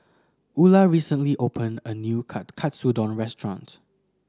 Ula recently opened a new Katsudon Restaurant